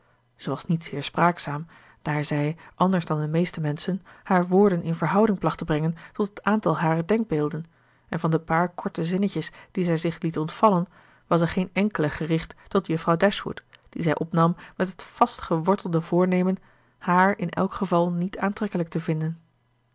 was niet zeer spraakzaam daar zij anders dan de meeste menschen haar woorden in verhouding placht te brengen tot het aantal harer denkbeelden en van de paar korte zinnetjes die zij zich liet ontvallen was er geen enkele gericht tot juffrouw dashwood die zij opnam met het vastgewortelde voornemen haar in elk geval niet aantrekkelijk te vinden